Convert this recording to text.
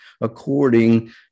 according